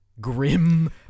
grim